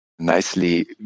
Nicely